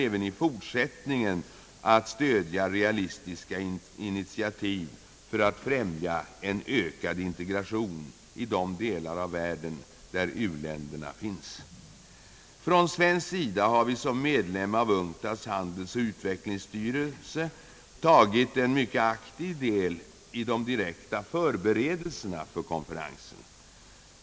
även i fortsättningen kommer vi att stödja realistiska initiativ för att främja en ökad integration i de delar av världen där u-länderna finns. Från svensk sida har vi som medlem av UNCTAD:s handelsoch utvecklingsstyrelse tagit en mycket aktiv del i de direkta förberedelserna för konferensen.